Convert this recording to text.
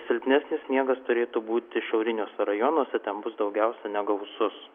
silpnesnis sniegas turėtų būti šiauriniuose rajonuose ten bus daugiausia negausus